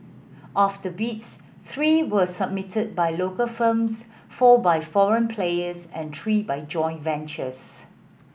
of the bids three were submitted by local firms four by foreign players and three by joint ventures